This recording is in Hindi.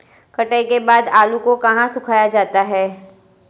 कटाई के बाद आलू को कहाँ सुखाया जाता है?